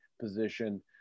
position